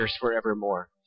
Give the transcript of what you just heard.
forevermore